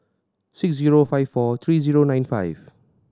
six zero five four three zero nine five